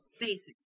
Basic